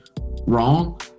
wrong